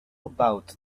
about